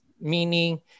meaning